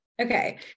Okay